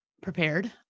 prepared